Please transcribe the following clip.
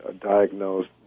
diagnosed